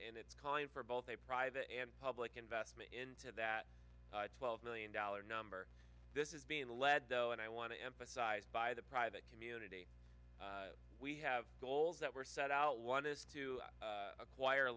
and it's calling for both a private and public investment into that twelve million dollars number this is being led though and i want to emphasize by the private community we have goals that were set out one is to acquire